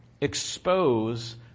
expose